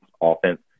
offense